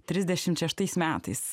trisdešimt šeštais metais